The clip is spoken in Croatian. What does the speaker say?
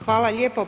Hvala lijepo.